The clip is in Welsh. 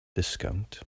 disgownt